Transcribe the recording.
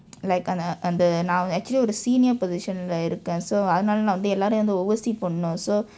like அந்த அந்த நான்:antha antha naan actually ஒரு:oru senior position இருக்கேன்:irukkaen so அதனால நான் எல்லாரையும்:athanala naan ellarayum oversee பண்ணனும்:pannanum so